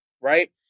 right